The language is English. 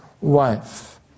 wife